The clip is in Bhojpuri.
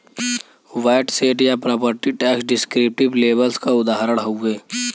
वैट सैट या प्रॉपर्टी टैक्स डिस्क्रिप्टिव लेबल्स क उदाहरण हउवे